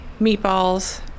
meatballs